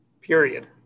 period